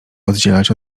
oddzielać